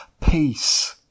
Peace